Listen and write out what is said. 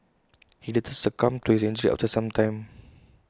he later succumbed to his injuries after some time